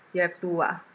you have two ah